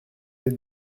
êtes